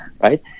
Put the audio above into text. right